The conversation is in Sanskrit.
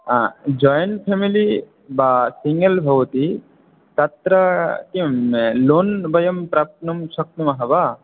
जायिन्ट् फ़मिलि वा सिङ्गल् भवति तत्र किं लोन् वयं प्राप्तुं शक्नुमः वा